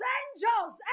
angels